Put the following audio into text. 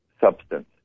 substance